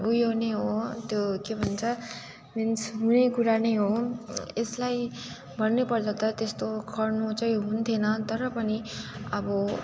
उयो नै हो त्यो के भन्छ मिन्स हुने कुरा नै हो यसलाई भन्नुपर्दा त त्यस्तो गर्नु चाहिँ हुन्थ्येन तर पनि अब